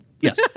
Yes